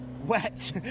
Wet